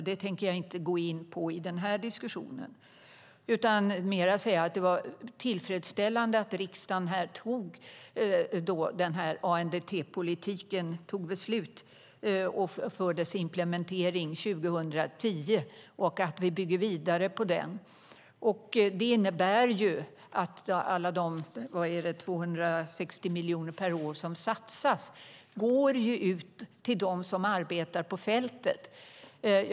Det tänker jag inte gå in på i den här diskussionen utan mer säga att det var tillfredsställande att riksdagen 2010 tog beslut om ANDT-politiken för implementering och att vi bygger vidare på den. Det innebär att de 260 miljoner per år som satsas går till dem som arbetar på fältet.